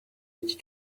iki